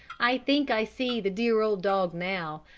i think i see the dear old dog now,